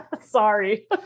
sorry